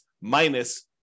minus